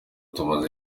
tumaze